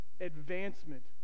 Advancement